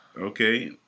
okay